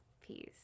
Peace